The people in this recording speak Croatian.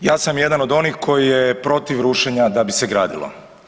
Ja sam jedan od onih koji je protiv rušenja da bi se gradilo.